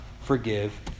forgive